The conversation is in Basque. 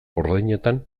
ordainetan